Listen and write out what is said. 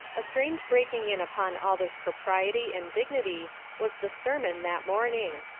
a strange breaking in upon all this propriety and dignity was the sermon that morning.